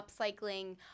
upcycling